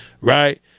right